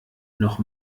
noch